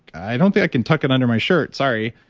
i don't think i can tuck it under my shirt. sorry.